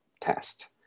test